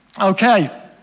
Okay